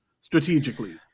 strategically